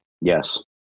Yes